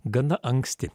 gana anksti